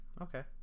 okay